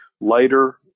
lighter